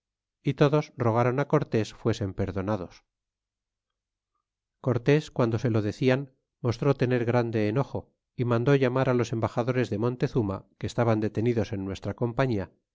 y todos rogaron á cortés fuesen perdonados y cortés guando se lo decian mostró tener grande enojo y mandó llamar los embaxadores de montezuma que estaban detenidos en nuestra compañía